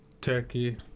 Turkey